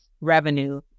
revenue